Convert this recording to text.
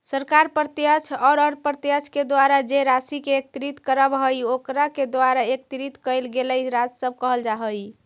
सरकार प्रत्यक्ष औउर अप्रत्यक्ष के द्वारा जे राशि के एकत्रित करवऽ हई ओकरा के द्वारा एकत्रित कइल गेलई राजस्व कहल जा हई